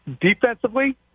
defensively